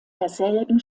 derselben